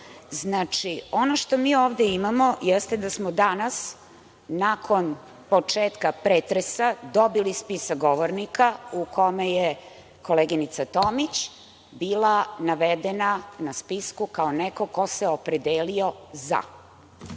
ono što mi ovde imamo jeste da smo danas nakon početka pretresa dobili spisak govornika u kome je koleginica Tomić bila navedena na spisku kao neko ko se opredelio – za.